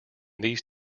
these